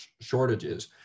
shortages